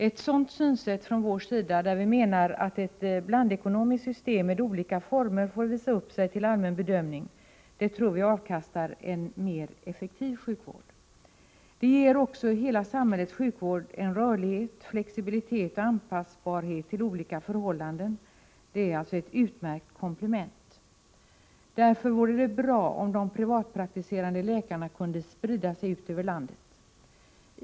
Ett sådant synsätt från vår sida, där vi menar att ett blandekonomiskt system med olika former får visa upp sig till allmän bedömning, tror jag avkastar en mer effektiv sjukvård. Det ger också hela samhällets sjukvård en rörlighet, flexibilitet och anpassbarhet till olika förhållanden — alltså ett utmärkt komplement. Därför vore det bra om de privatpraktiserande läkarna kunde sprida sig ut över landet.